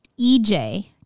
EJ